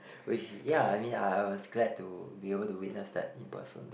which ya I mean I I was glad to be able to witness that in person